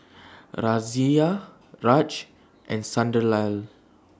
Razia Raj and Sunderlal